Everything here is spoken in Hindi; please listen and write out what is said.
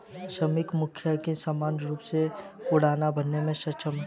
श्रमिक मधुमक्खी सामान्य रूप से उड़ान भरने में सक्षम हैं